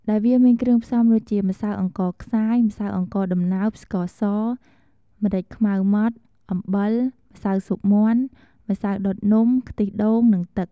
ដែលវាមានគ្រឿងផ្សំដូចជា ម្សៅអង្ករខ្សាយ ម្សៅអង្គរដំណើប ស្ករស ម្រេចខ្មៅម៉ដ្ត អំបិល ម្សៅស៊ុបមាន់ ម្សៅដុតនំ ខ្ទិះដូង និង ទឹក។